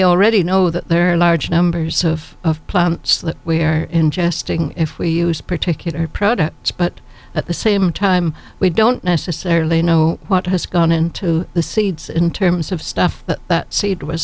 already know that there are large numbers of plants that where ingesting if we use particular products but at the same time we don't necessarily know what has gone into the seeds in terms of stuff but that seed was